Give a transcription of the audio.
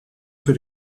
für